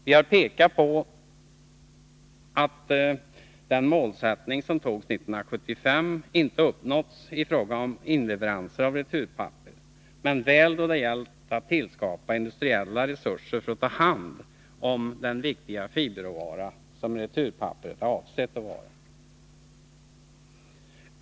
Vi har pekat på att den målsättning som antogs 1975 inte uppnåtts i fråga om inleveranser av returpapper, men väl då det gällt att tillskapa industriella resurser för att ta hand om den viktiga fiberråvara som returpapperet är avsett att vara.